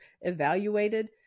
evaluated